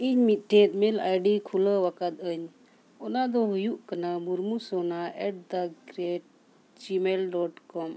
ᱤᱧ ᱢᱤᱫᱴᱮᱡ mail ID ᱠᱷᱩᱞᱟᱹᱣ ᱟᱠᱟᱫᱟᱹᱧ ᱚᱱᱟ ᱫᱚ ᱦᱩᱭᱩᱜ ᱠᱟᱱᱟ Murmu Sona at the rate Gmail dot com